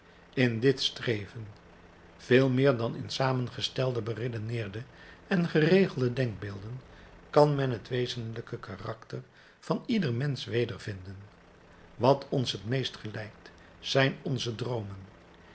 in dit streven veel meer dan in samengestelde beredeneerde en geregelde denkbeelden kan men het wezenlijke karakter van ieder mensch wedervinden wat ons het meest gelijkt zijn onze droomen